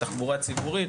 תחבורה ציבורית.